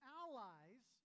allies